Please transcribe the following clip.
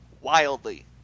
wildly